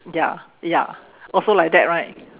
ya ya also like that right